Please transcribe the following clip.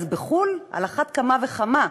אז בחו"ל על אחת כמה וכמה.